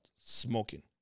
smoking